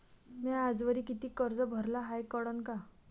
म्या आजवरी कितीक कर्ज भरलं हाय कळन का?